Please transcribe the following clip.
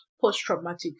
post-traumatic